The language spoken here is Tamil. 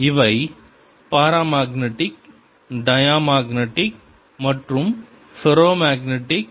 இவை பரமக்நெடிக் டயமக்னடிக் மற்றும் ஃபெரோமக்னடிக்